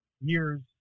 years